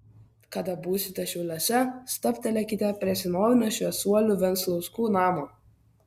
kada būsite šiauliuose stabtelėkite prie senovinio šviesuolių venclauskų namo